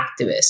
activists